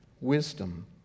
wisdom